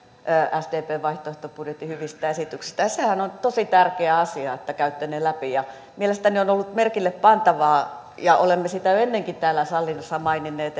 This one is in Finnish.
sdpn vaihtoehtobudjetin hyvistä esityksistä ja sehän on tosi tärkeä asia että käytte ne läpi mielestäni on ollut merkille pantavaa ja olemme sitä jo ennenkin täällä salissa maininneet